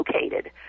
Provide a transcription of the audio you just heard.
located